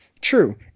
True